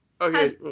Okay